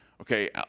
Okay